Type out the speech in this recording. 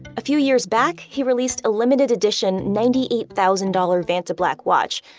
a few years back, he released a limited edition ninety eight thousand dollars vantablack watch,